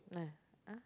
nah ah